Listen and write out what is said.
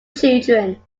children